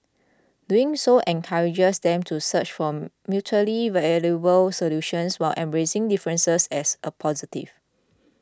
doing so encourages them to search for mutually valuable solutions while embracing differences as a positive